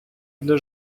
для